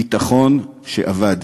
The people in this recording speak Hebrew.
ביטחון שאבד.